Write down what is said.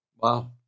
Wow